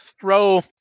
throw